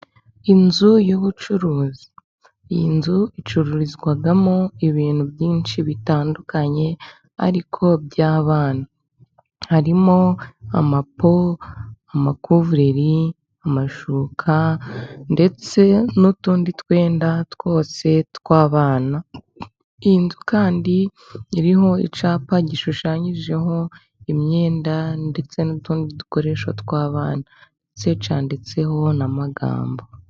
Inzu y'ubucuruzi; iyi nzu icururizwamo ibintu byinshi bitandukanye ariko by'abana, harimo amapo, amakuvureri, amashuka, ndetse n'utundi twenda twose tw'abana. Inzu kandi iriho icyapa gishushanijeho imyenda ndetse n'utundi dukoresho tw'abana ndetse cyanditseho n'amagambo.